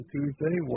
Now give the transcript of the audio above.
Tuesday